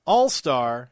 All-star